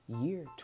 year